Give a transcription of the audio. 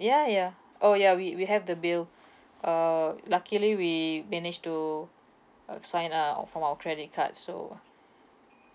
ya ya oh ya we we have the bill uh luckily we manage to uh sign uh of from our credit card so